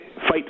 fight